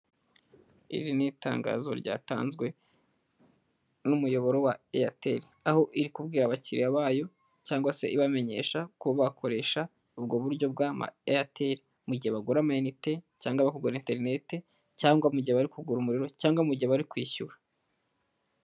Iri ni itangazo ryatanzwe n'umuyoboro wa eyateli, aho iri kubwira abakiriya bayo cyangwa se ibamenyesha kuba bakoresha ubwo buryo bwa ma eyateli mu gihe bagura amayinite cyangwa bakugura interinete. Cyangwa mu gihe bari kugura umuriro cyangwa gihe bari kwishyura.